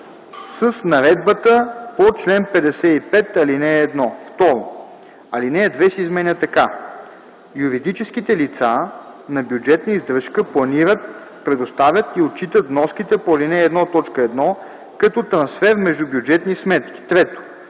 „с наредбата по чл. 55, ал. 1”. 2. Алинея 2 се изменя така: „(2) Юридическите лица на бюджетна издръжка планират, предоставят и отчитат вноските по ал. 1, т. 1 като трансфер между бюджетни сметки.” 3.